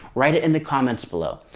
write it in the comments below.